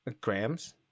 grams